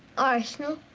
arsenal.